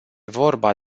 vorba